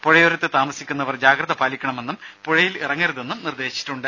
പുഴയോരത്ത് താമസിക്കുന്നവർ ജാഗ്രത പാലിക്കണമെന്നും പുഴയിൽ ഇറങ്ങരുതെന്നും നിർദേശിച്ചിട്ടുണ്ട്